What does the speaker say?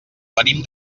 venim